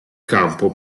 campo